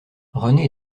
rené